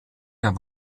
der